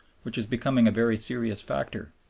which is becoming a very serious factor,